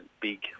big